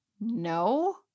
No